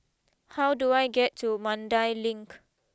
how do I get to Mandai Link